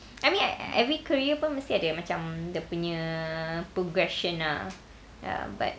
I mean e~ every career pun mesti ada macam dia punya progression ah ya but